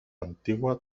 antigua